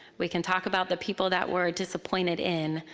we can talk about the people that we're disappointed in.